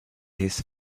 his